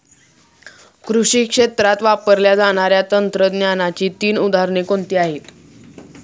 कृषी क्षेत्रात वापरल्या जाणाऱ्या तंत्रज्ञानाची तीन उदाहरणे कोणती आहेत?